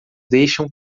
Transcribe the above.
deixam